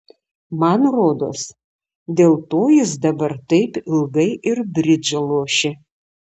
man rodos dėl to jis dabar taip ilgai ir bridžą lošia